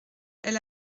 elle